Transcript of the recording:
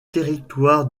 territoires